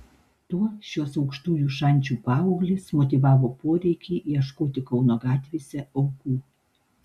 tuo šios aukštųjų šančių paauglės motyvavo poreikį ieškoti kauno gatvėse aukų